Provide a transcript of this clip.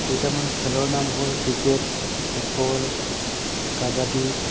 কেইটামান খেলৰ নাম হ'ল ক্ৰিকেট ফুটবল কাবাডী